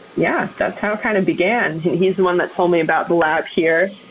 yeah, that's how it kind of began. he's the one that told me about the lab here,